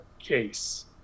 case